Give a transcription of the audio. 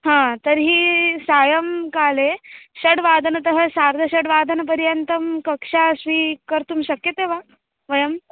हा तर्ही सायंकाले षड्वादनतः सार्धषड्वादनपर्यन्तं कक्षा स्वीकर्तुं शक्यते वा वयं